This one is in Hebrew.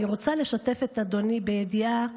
אני רוצה לשתף את אדוני בידיעה